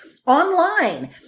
online